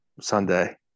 Sunday